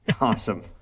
Awesome